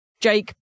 Jake